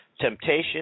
Temptation